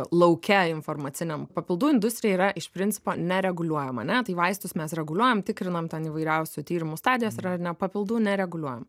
lauke informaciniam papildų industrija yra iš principo nereguliuojama ane tai vaistus mes reguliuojam tikrinam ten įvairiausių tyrimų stadijos yra ar ne papildų nereguliuojam